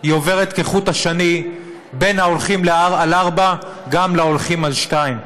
עוברת כחוט השני בין ההולכים על ארבע להולכים על שתיים.